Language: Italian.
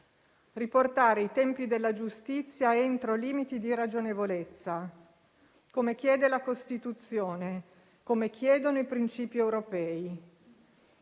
riportare i tempi della giustizia entro limiti di ragionevolezza. Come chiede la Costituzione; come chiedono i principi europei: